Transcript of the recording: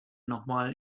nochmal